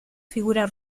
figura